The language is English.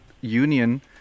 union